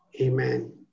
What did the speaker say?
amen